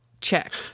check